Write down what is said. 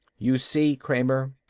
you see, kramer,